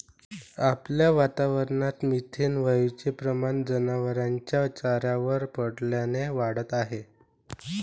आपल्या वातावरणात मिथेन वायूचे प्रमाण जनावरांच्या चाऱ्यावर पडल्याने वाढत आहे